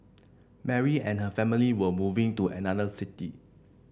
Mary and her family were moving to another city